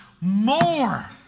more